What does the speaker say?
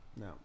No